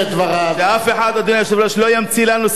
אדוני היושב-ראש, אף אחד לא ימציא לנו סיפורים